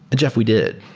jeff, we did.